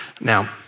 Now